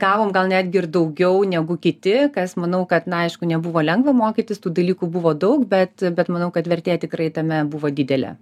gavom gal netgi ir daugiau negu kiti kas manau kad na aišku nebuvo lengva mokytis tų dalykų buvo daug bet bet manau kad vertė tikrai tame buvo didelė